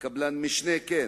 קבלן משנה כן.